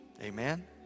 Amen